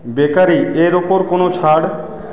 বেকারির ওপর কোনও ছাড়